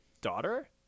daughter